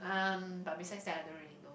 um but besides that I don't really